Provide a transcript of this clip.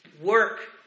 Work